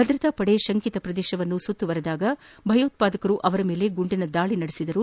ಭದ್ರತಾಪಡೆ ಶಂಕಿತ ಪ್ರದೇಶವನ್ನು ಸುತ್ತುವರಿದಾಗ ಭಯೋತ್ಸಾದಕರು ಅವರ ಮೇಲೆ ಗುಂಡಿನ ದಾಳಿ ನಡೆಸಿದರು